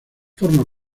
forma